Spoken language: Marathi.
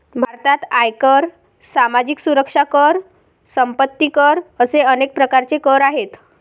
भारतात आयकर, सामाजिक सुरक्षा कर, संपत्ती कर असे अनेक प्रकारचे कर आहेत